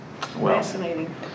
Fascinating